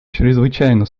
чрезвычайно